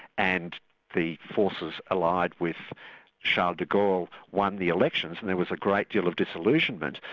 and the forces allied with charles de gaulle won the elections and there was a great deal of disillusionment.